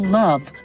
love